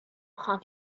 have